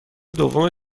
دوم